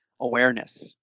awareness